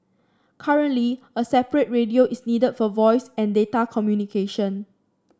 currently a separate radio is needed for voice and data communication